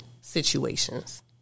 situations